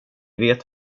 vet